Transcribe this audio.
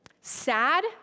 sad